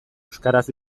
euskaraz